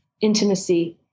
intimacy